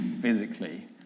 physically